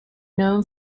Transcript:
known